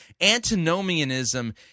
Antinomianism